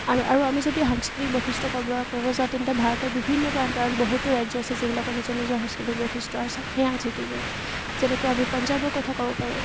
আৰু আৰু আমি যদি সাংস্কৃতিক বৈশিষ্ট্য কৰব ক'ব যাওঁ তেন্তে ভাৰতৰ বিভিন্ন প্ৰান্তৰ আন বহুতো ৰাজ্য আছে যিবিলাকৰ নিজৰ নিজৰ সাংস্কৃতিক বৈশিষ্ট্য আছে সেই সাংস্কৃতিকবোৰ যেনেকৈ আমি পঞ্জাৱৰ কথা ক'ব পাৰোঁ